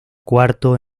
cuarto